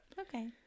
Okay